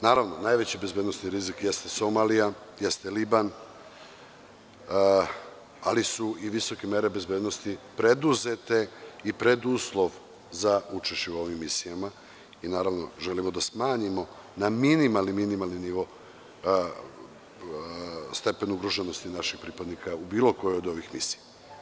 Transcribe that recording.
Naravno, najveći bezbednosni rizik jeste Somalija, Liban, ali su i visoke mere bezbednosti preduzete i preduslov za učešće u ovim misijama i želimo da smanjimo na minimalni, minimalni nivo stepen ugroženosti naših pripadnika u bilo kojoj od ovih misija.